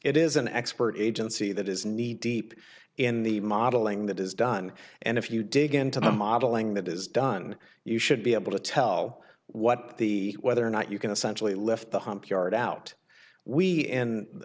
it is an expert agency that is need to keep in the modeling that is done and if you dig into the modeling that is done you should be able to tell what the whether or not you can essentially left the hump yard out we